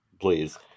Please